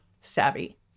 savvy